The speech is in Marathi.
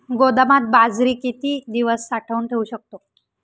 गोदामात बाजरी किती दिवस साठवून ठेवू शकतो?